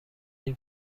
این